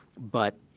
but